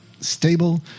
stable